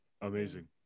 Amazing